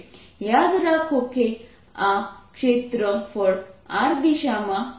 યાદ રાખો કે આ ક્ષેત્રફળ r દિશામાં છે